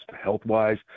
health-wise